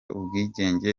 ubwigenge